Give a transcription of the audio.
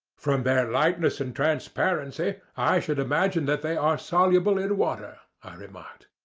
from their lightness and transparency, i should imagine that they are soluble in water, i remarked.